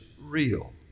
real